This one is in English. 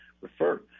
refer